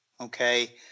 Okay